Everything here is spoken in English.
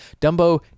dumbo